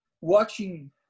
watching